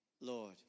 Lord